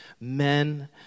men